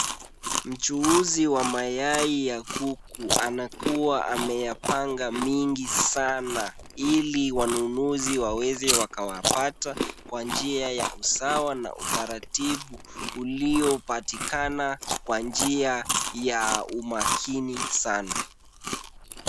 Mchuuzi wa mayai ya kuku anakuwa ameyapanga mingi sana, ili wanunuzi waweze wakawapata kwa njia ya usawa na utaratibu uliopatikana kwa njia ya umakini sana.